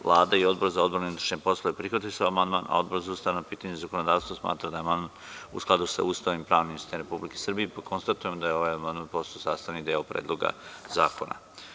Vlada i Odbor za odbranu i unutrašnje poslove prihvatili su amandman, a Odbor za ustavna pitanja i zakonodavstvo smatra da je amandman u skladu sa Ustavom i pravnim sistemom Republike Srbije, pa konstatujem da je ovaj amandman postao sastavni deo Predloga zakona.